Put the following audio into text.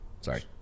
sorry